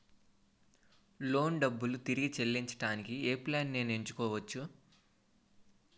Loan డబ్బులు తిరిగి చెల్లించటానికి ఏ ప్లాన్ నేను ఎంచుకోవచ్చు?